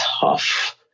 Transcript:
tough